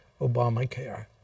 Obamacare